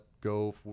go